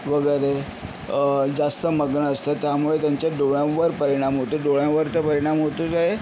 वगैरे जास्स मग्न असतात त्यामुळे त्यांच्या डोळ्यांवर परिणाम होतो डोळ्यांवर तर परिणाम होतोच आहे